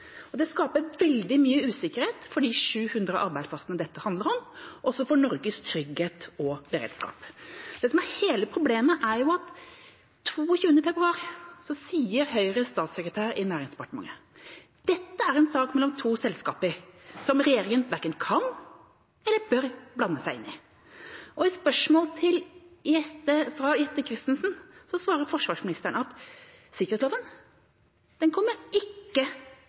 og det skaper veldig mye usikkerhet for de 700 arbeidsplassene dette handler om, og også for Norges trygghet og beredskap. Det som er hele problemet, er at 22. februar sa Høyres statssekretær i Næringsdepartementet at dette er en sak mellom to selskaper som regjeringa verken kan eller bør blande seg inn i. På spørsmål fra Jette F. Christensen svarte forsvarsministeren at sikkerhetsloven ikke kommer